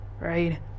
right